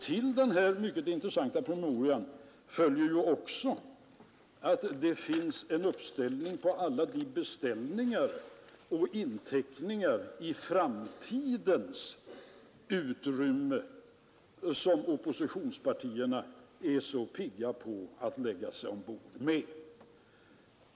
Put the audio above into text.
Till denna mycket intressanta promemoria hör också en uppställning på alla de inteckningar i framtidens utrymme som oppositionspartierna är så pigga på att lägga sig ombord med.